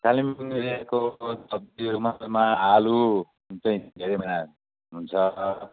कालिम्पोङ एरियाको सब्जीहरू मध्येमा आलु चाहिँ धेरै महिना हुन्छ